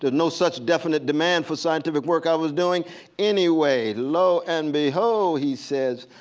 ah no such definite demand for scientific work i was doing anyway. lo and behold, he says,